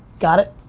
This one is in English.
got it?